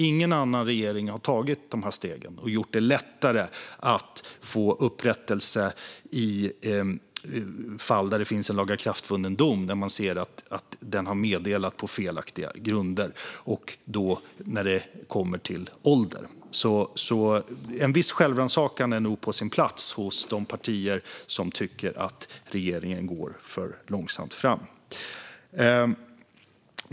Ingen annan regering har tagit de här stegen och gjort det lättare att få upprättelse i fall där det finns en lagakraftvunnen dom som man ser har meddelats på felaktiga grunder när det gäller ålder. Så en viss självrannsakan är nog på sin plats hos de partier som tycker att regeringen går för långsamt fram.